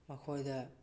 ꯃꯈꯣꯏꯗ